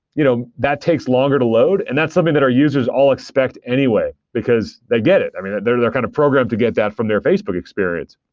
you know that takes longer to load, and that's something that our users all expect anyway, because they get it. i mean, they're they're kind of programmed to get that from their facebook experience.